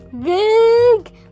Big